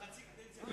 יצא וחצי קדנציה בידו.